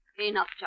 Enough